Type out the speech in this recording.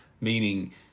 meaning